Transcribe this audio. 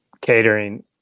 catering